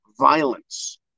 violence